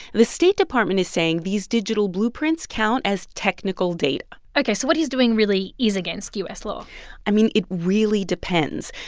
the state department is saying these digital blueprints count as technical data ok. so what he's doing really is against u s. law i mean, it really depends.